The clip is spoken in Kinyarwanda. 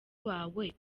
wawe